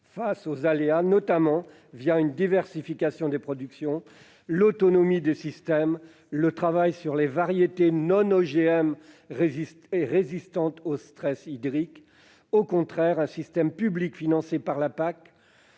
face aux aléas, notamment par la diversification des productions, l'autonomie des systèmes et le travail sur des variétés non-OGM résistantes au stress hydrique. À l'inverse, un système public financé par la PAC,